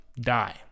die